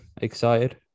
excited